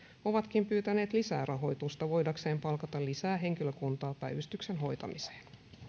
ovatkin pyytäneet lisää rahoitusta voidakseen palkata lisää henkilökuntaa päivystyksen hoitamiseen